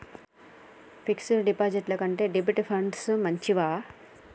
Fix డ్ డిపాజిట్ల కంటే డెబిట్ ఫండ్స్ మంచివా?